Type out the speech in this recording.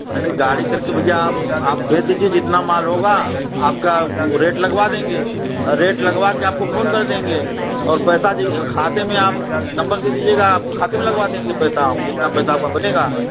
नहीं नहीं गाड़ी करके भैया आप आप भेज दीजिए जितना माल होगा आपका वह रेट लगवा देंगे रेट लगवा के आपको फोन कर देंगे और पैसा जि खाते में आप नंबर दे दीजिएगा आप खाते में लगवा देंगे पैसा हम जितना पैसा आपका बनेगा